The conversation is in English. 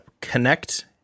connect